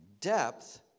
depth